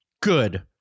good